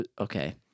okay